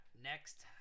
Next